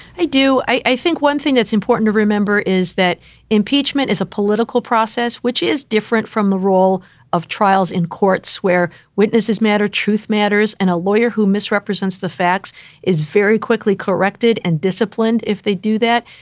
i do. i think one thing that's important to remember is that impeachment is a political process which is different from the role of trials in courts where witnesses matter, truth matters. and a lawyer who misrepresents the facts is very quickly corrected and disciplined. if they do that,